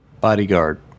Bodyguard